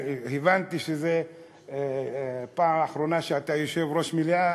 הבנתי שזו הפעם האחרונה שאתה יושב-ראש המליאה,